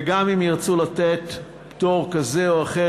וכי גם אם ירצו לתת פטור כזה או אחר,